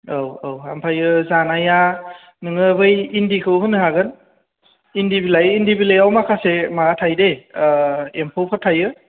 औ औ आमफायो जानाया नोङो बै इन्दिखौ होनो हागोन इन्दि बिलाइ इन्दि बिलायाव माखासे माबा थायोदै एम्फौफोर थायो